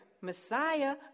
Messiah